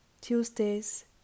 Tuesdays